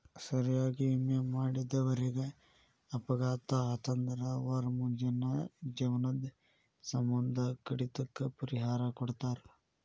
ಸರಿಯಾಗಿ ವಿಮೆ ಮಾಡಿದವರೇಗ ಅಪಘಾತ ಆತಂದ್ರ ಅವರ್ ಮುಂದಿನ ಜೇವ್ನದ್ ಸಮ್ಮಂದ ಕಡಿತಕ್ಕ ಪರಿಹಾರಾ ಕೊಡ್ತಾರ್